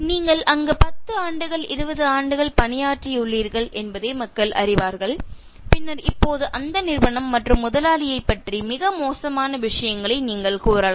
நீங்கள் அங்கு 10 ஆண்டுகள் 20 ஆண்டுகள் பணியாற்றியுள்ளீர்கள் என்பதை மக்கள் அறிவார்கள் பின்னர் இப்போது அந்த நிறுவனம் மற்றும் முதலாளியைப் பற்றி மிக மோசமான விஷயங்களை நீங்கள் கூறலாம்